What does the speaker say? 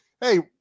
Hey